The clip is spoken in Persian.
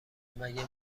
مگه